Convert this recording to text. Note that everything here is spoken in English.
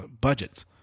budgets